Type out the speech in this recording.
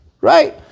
right